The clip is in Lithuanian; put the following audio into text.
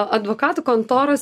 advokatų kontoros